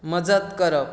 मजत करप